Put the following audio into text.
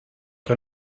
que